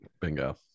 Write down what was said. Bingo